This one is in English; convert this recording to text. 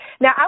Now